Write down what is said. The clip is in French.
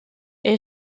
est